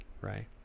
right